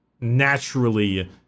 naturally